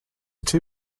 two